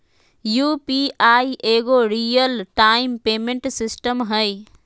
UPI एगो real time payment system हइ